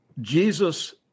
Jesus